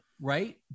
right